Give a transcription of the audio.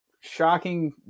shocking